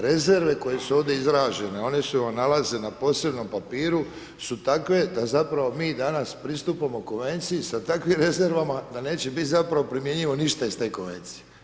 Rezerve koje su ovdje izražene, one se nalaze na posebnom papiru su takve da zapravo mi danas pristupamo Konvenciji sa takvim rezervama da neće biti zapravo primjenjivo ništa iz te konvencije.